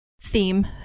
theme